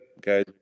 guys